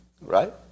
Right